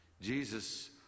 Jesus